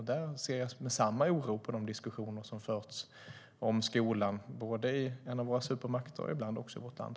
Där ser jag med samma oro på de diskussioner som förts om skolan i en av våra supermakter och ibland också i vårt land.